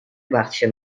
wachtsje